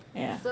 yeah